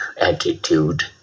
attitude